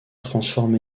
transforme